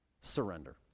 surrender